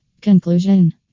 Conclusion